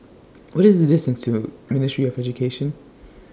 What IS The distance to Ministry of Education